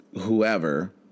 whoever